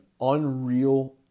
unreal